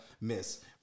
Miss